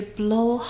blow